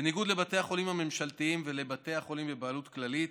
בניגוד לבתי החולים הממשלתיים ולבתי החולים בבעלות כללית,